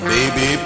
Baby